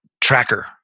tracker